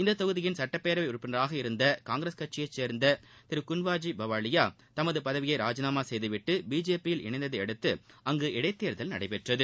இத்தொகுதியின் சட்டப்பேரவை உறுப்பினராக இருந்த காங்கிரஸ் கட்சியைச் சேர்ந்த திரு குன்வார்ஜி பவாலியா தமது பதவியை ராஜினாமா செய்துவிட்டு பிஜேபியில் இணைந்ததை அடுத்து அங்கு இடைத்தேர்தல் நடைபெற்றது